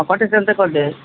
quotation ತೆಗೊಂಡೆ